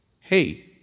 Hey